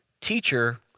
Teacher